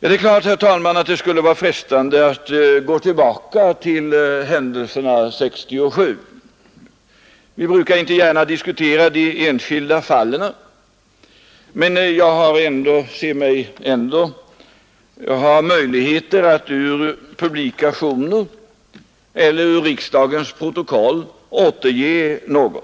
Det är klart att det skulle vara frestande, herr talman, att gå tillbaka till händelserna 1967. Vi brukar inte gärna diskutera de enskilda fallen, men jag har möjlighet att ur publikationer och ur riksdagens protokoll återge en del